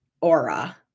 aura